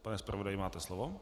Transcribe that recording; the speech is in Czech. Pane zpravodaji, máte slovo.